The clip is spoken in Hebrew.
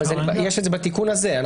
זה בתיקון הזה.